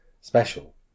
special